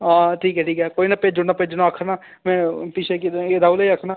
हां ठीक ऐ ठीक ऐ कोई ना भेज्जी ओड़ना भेज्जी ओड़ना अ'ऊं आखना में पिच्छै किते ई राहुल ई आखना